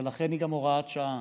ולכן היא גם הוראת שעה.